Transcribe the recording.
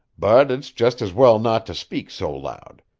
but it's just as well not to speak so loud.